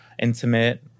intimate